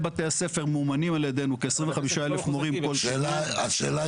זאת אומרת, אם